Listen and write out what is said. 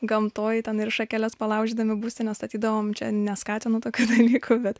gamtoj ten ir šakeles palaužydami būstinę statydavome čia neskatinu tokių dalykų bet